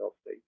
State